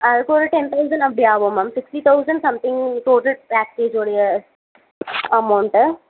ஆ அது கூட ten thousand அப்படி ஆகும் ma'am sixty thousand something total பேக்கேஜோடைய அமௌண்ட்டு